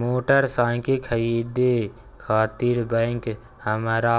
motorcycle खरीदे खातिर bank हमरा